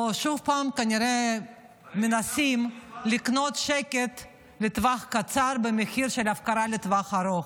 או ששוב פעם כנראה מנסים לקנות שקט לטווח קצר במחיר של הפקרה לטוח ארוך,